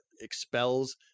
expels